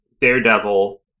Daredevil